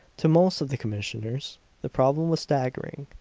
to most of the commissioners the problem was staggering.